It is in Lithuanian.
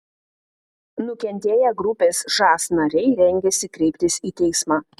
nukentėję grupės žas nariai rengiasi kreiptis į teismą